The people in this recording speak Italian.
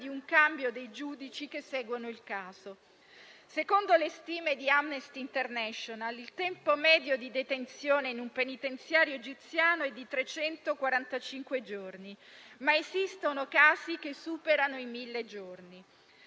di un cambio dei giudici che seguono il caso. Secondo le stime di Amnesty International il tempo medio di detenzione in un penitenziario egiziano è di trecentoquarantacinque giorni, ma esistono casi che superano i mille giorni.